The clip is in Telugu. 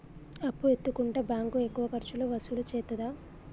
అప్పు ఎత్తుకుంటే బ్యాంకు ఎక్కువ ఖర్చులు వసూలు చేత్తదా?